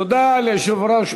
תודה ליושב-ראש